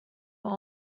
are